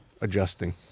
adjusting